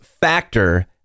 Factor